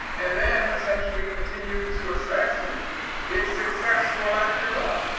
and then essentially continue to assess its success or lack thereof